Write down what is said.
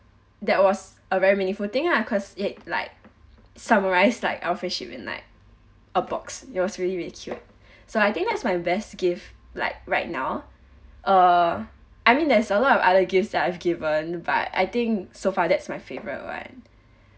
that was a very meaningful thing ah cause it's like summarize like our friendship in like a box it was really really cute so I think that's my best gift like right now uh I mean there's a lot of other gifts that I've given but I think so far that's my favourite one